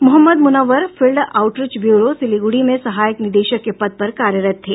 Mohammad Munawwar field outreach bureau Siliguri में सहायक निदेशक के पद पर कार्यरत थे